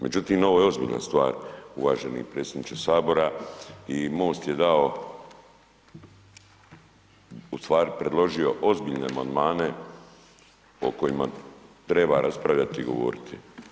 Međutim, ovo je ozbiljna stvar uvaženi predsjedniče HS i MOST je dao ustvari predložio ozbiljne amandmane o kojima treba raspravljati i govoriti.